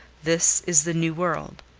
this is the new world.